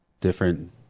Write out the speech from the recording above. different